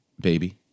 baby